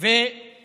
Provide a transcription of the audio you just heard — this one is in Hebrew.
ושל